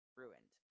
ruined